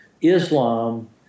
Islam